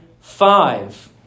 five